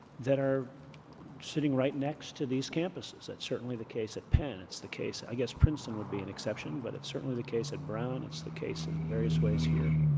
that are sitting right next to these campuses. that's certainly the case at penn, it's the case i guess princeton would be an exception, but it's certainly the case at brown, it's the case in various ways here.